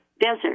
desert